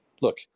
look